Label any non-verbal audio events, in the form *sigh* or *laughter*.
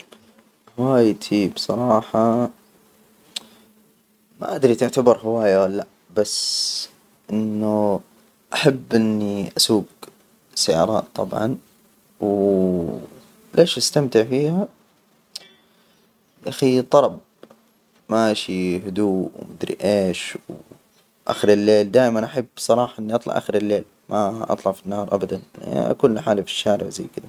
هوايتي، بصراحة، ما أدري تعتبر هواية ولا لأ، بس إنه أحب إني أسوج سيارات طبعا، و ليش أستمتع فيها؟ *hesitation* يا أخي طرب ماشي هدوء ومدري إيش، و آخر الليل دائما أحب، بصراحة إني أطلع آخر الليل ما أطلع في النهار أبدا *hesitation* *unintelligible* حالة في الشارع وزي كده.